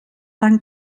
tant